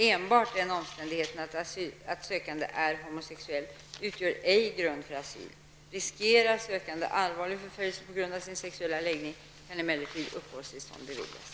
Enbart den omständigheten att sökanden är homosexuell utgör ej grund för asyl. Riskerar sökanden allvarlig förföljelse på grund av sin sexuella läggning, kan emellertid uppehållstillstånd beviljas.